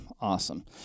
Awesome